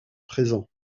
présent